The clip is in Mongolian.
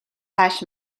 нааш